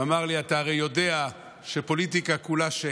הוא אמר לי: אתה הרי יודע שפוליטיקה כולה שקר.